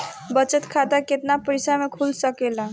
बचत खाता केतना पइसा मे खुल सकेला?